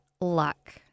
luck